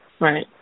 Right